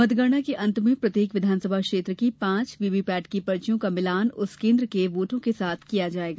मतगणना के अंत में प्रत्येक विधानसभा क्षेत्र की पांच वीवीपैट की पर्चियों का मिलान उस केन्द्र के वोटों के साथ किया जाएगा